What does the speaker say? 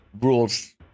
rules